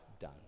done